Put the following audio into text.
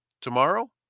Tomorrow